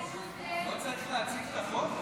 לא צריך להציג את החוק?